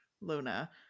luna